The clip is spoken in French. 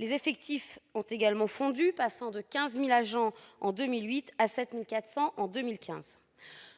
Les effectifs ont également fondu, passant de 15 000 agents en 2008 à 7 400 en 2015.